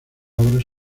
obras